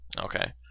okay